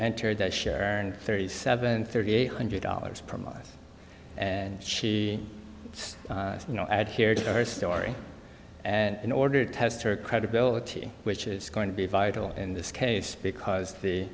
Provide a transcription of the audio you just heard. entered a share and thirty seven thirty eight hundred dollars per month and she you know adhered to her story in order to test her credibility which is going to be vital in this case because the